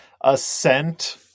ascent